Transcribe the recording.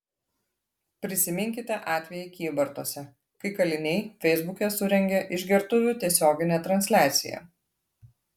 prisiminkite atvejį kybartuose kai kaliniai feisbuke surengė išgertuvių tiesioginę transliaciją